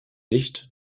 nicht